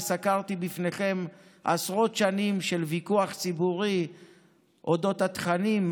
וסקרתי בפניכם עשרות שנים של ויכוח ציבורי על אודות התכנים,